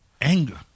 anger